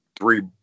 three